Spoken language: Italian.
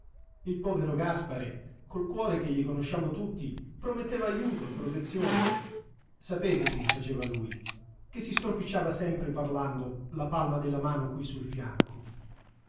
il povero gaspare col cuore che gli conosciamo tutti prometteva ajuto protezione sapete come faceva lui che si stropicciava sempre parlando la palma della mano qui sul fianco